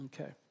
Okay